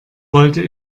wollte